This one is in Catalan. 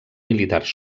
militars